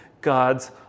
God's